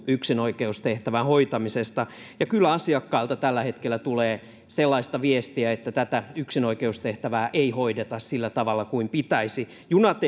yksinoikeustehtävän hoitamisesta ja kyllä asiakkailta tällä hetkellä tulee sellaista viestiä että tätä yksinoikeustehtävää ei hoideta sillä tavalla kuin pitäisi junat